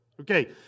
Okay